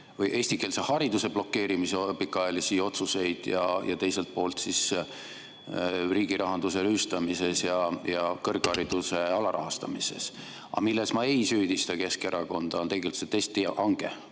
eestikeelse hariduse blokeerimise pikaajalisi otsuseid ja teiselt poolt riigirahanduse rüüstamist ja kõrghariduse alarahastamist. Aga milles ma ei süüdista Keskerakonda, on tegelikult see testihange,